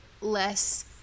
less